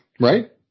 Right